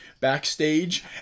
backstage